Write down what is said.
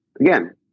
again